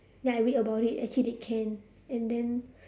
then I read about it actually they can and then